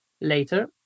later